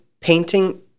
painting